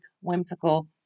whimsical